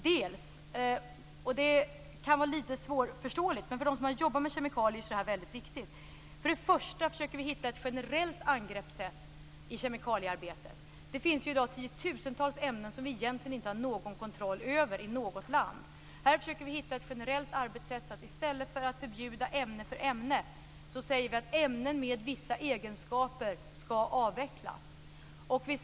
Den första kan vara litet svårförståelig, men för dem som jag jobbat med kemikalier är det fråga om något väldigt viktigt. Vi försöker hitta ett generellt angreppssätt i kemikaliearbetet. Det finns i dag tiotusentals ämnen som vi egentligen inte i något land har någon kontroll över. Här försöker vi komma fram till ett generellt arbetssätt. I stället för att förbjuda ämne för ämne säger vi att ämnen med vissa egenskaper skall avvecklas.